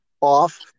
off